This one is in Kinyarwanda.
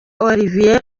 olivier